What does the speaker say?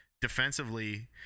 defensively